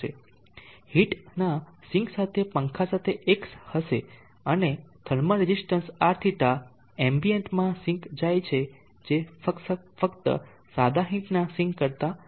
હીટના sink સાથે પંખા સાથે એક હશે થર્મલ રેઝિસ્ટન્સ Rθ એમ્બિયન્ટમાં સિંક જાય છે જે ફક્ત સાદા હીટના સિંક કરતા ઘણું ઓછું છે